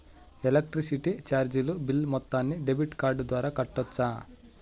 Electricity చార్జీలు bill మొత్తాన్ని debit card ద్వారా కట్టొచ్చా?